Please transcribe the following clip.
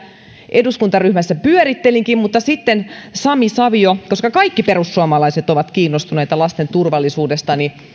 eduskuntaryhmässä pyörittelinkin mutta sitten sami savio koska kaikki perussuomalaiset ovat kiinnostuneita lasten turvallisuudesta